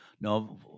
No